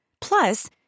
Plus